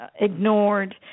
Ignored